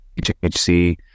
HHC